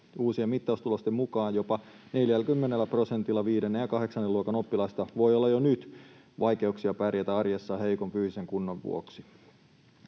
Uusien mittaustulosten mukaan jopa 40 prosentilla viidennen ja kahdeksannen luokan oppilaista voi olla jo nyt vaikeuksia pärjätä arjessa heikon fyysisen kunnon vuoksi.